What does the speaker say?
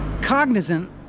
cognizant